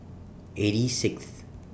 eighty Sixth